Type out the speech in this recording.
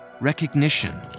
recognition